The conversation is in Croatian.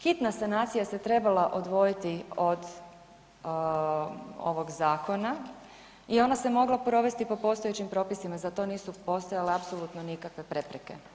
Hitna sanacija se trebala odvojiti od ovog zakona, i ona se mogla provesti po postojećim propisima, za to nisu postaje apsolutno nikakve prepreke.